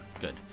good